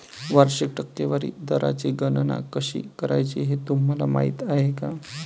वार्षिक टक्केवारी दराची गणना कशी करायची हे तुम्हाला माहिती आहे का?